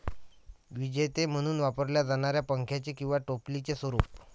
विजेते म्हणून वापरल्या जाणाऱ्या पंख्याचे किंवा टोपलीचे स्वरूप